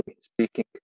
speaking